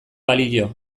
balio